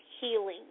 healing